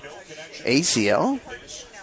ACL